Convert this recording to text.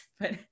But-